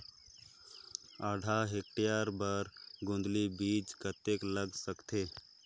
आधा हेक्टेयर बर गोंदली बीच कतेक लाग सकथे?